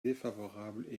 défavorables